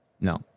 no